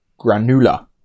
granula